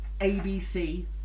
ABC